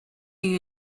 you